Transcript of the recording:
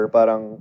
Parang